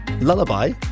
Lullaby